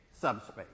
subspace